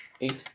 eight